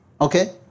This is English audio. Okay